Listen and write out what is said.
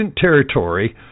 territory